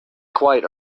quite